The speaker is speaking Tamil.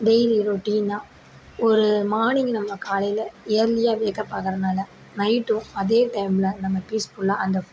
டெய்லி ரொட்டினால் ஒரு மானிங் நம்ம காலையில் ஏர்லியாக வேக்கப் ஆகிறனால நைட்டும் அதே டைமில் நம்ம பீஸ்ஃபுல்லாக அந்த